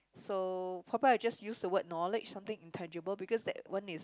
so probably I just use the word knowledge something intangible because that one is